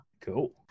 Cool